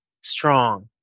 strong